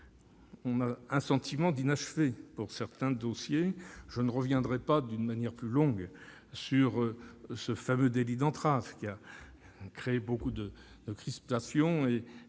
avons un sentiment d'inachevé sur certains dossiers. Je ne reviendrai pas plus longuement sur ce fameux délit d'entrave, qui a créé beaucoup de crispations et